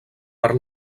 per